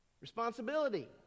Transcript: Responsibility